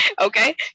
okay